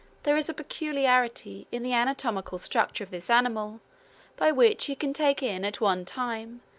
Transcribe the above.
there is a peculiarity in the anatomical structure of this animal by which he can take in, at one time,